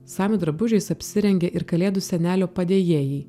samių drabužiais apsirengia ir kalėdų senelio padėjėjai